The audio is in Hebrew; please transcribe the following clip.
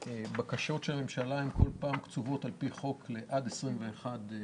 הבקשות של הממשלה הן כל פעם קצובות על פי חוק לעד 21 יום.